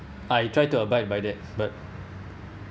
I try to abide by that but